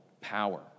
power